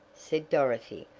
said dorothy.